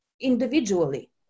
individually